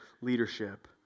leadership